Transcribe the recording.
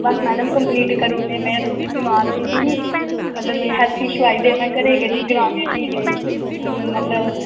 बस madam complete करी ओड़ने में थह्ड़ी बमार होई दी ही मेरे हेल्थ इश्यू आई गेदे हे में ग्रां बिच आई दी ही मतलब